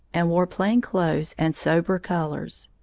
and wore plain clothes and sober colors.